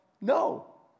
no